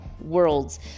worlds